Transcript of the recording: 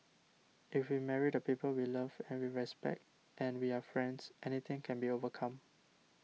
if we marry the people we love and we respect and we are friends anything can be overcome